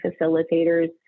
facilitators